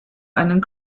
einen